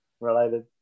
related